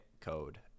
code